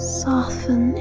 soften